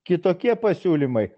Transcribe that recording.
kitokie pasiūlymai